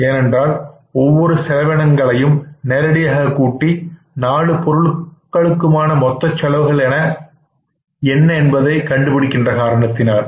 ஏனென்றால் ஒவ்வொரு செலவினங்களையும் நேரடியாக கூட்டி 4 பொருளுக்குமான மொத்தச் செலவுகள் என்ன என்பதை கண்டுபிடிப்பதில் காரணத்தினால்